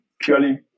purely